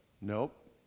nope